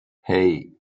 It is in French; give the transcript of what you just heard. hey